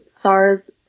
SARS